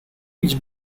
iets